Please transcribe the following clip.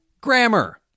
grammar